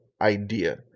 idea